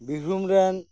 ᱵᱤᱨᱵᱷᱩᱢ ᱨᱮᱱ